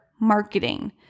marketing